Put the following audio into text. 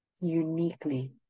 uniquely